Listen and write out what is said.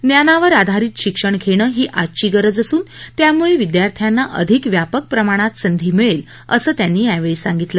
ज्ञानावर आधारित शिक्षण घेणं ही आजची गरज असून त्यामुळे विद्यार्थ्याना अधिक व्यापक प्रमाणात संधी मिळेल असं त्यांनी यावेळी सांगितलं